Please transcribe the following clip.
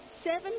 seven